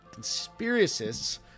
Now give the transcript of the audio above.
Conspiracists